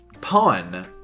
pun